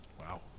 Wow